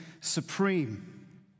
supreme